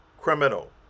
criminal